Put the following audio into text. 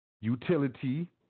Utility